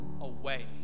away